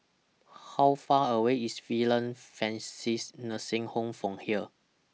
How Far away IS Villa Francis Nursing Home from here